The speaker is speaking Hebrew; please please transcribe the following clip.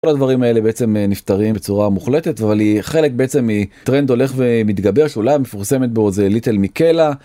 כל הדברים האלה בעצם נפתרים בצורה מוחלטת אבל היא חלק בעצם מטרנד הולך ומתגבר שאולי מפורסמת בו זה ליטל מיקלה.